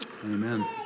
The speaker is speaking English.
amen